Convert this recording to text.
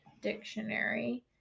Dictionary